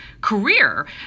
career